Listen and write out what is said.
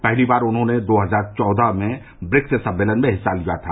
पहली बार उन्होंने दो हजार चौदह में ब्रिक्स सम्मेलन में हिस्सा लिया था